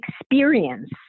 experience